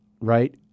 right